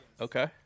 okay